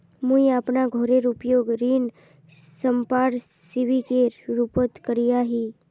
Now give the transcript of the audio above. मुई अपना घोरेर उपयोग ऋण संपार्श्विकेर रुपोत करिया ही